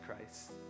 Christ